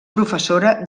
professora